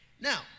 Now